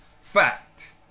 fact